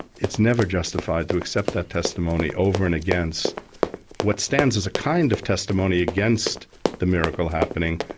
it's never justified to accept that testimony over and against what stands as a kind of testimony against the miracle happening,